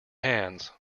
hands